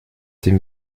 dem